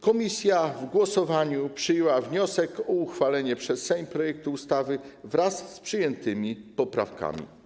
Komisja w głosowaniu przyjęła wniosek o uchwalenie przez Sejm projektu ustawy wraz z przyjętymi poprawkami.